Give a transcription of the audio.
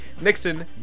Nixon